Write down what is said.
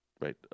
right